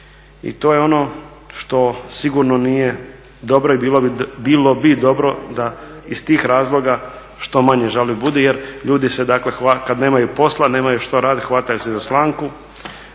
i to je ono što sigurno nije dobro i bilo bi dobro da iz tih razloga što manje žalbi bude jer ljudi se, dakle kad nemaju posla, nemaju što raditi, hvataju se za slamku,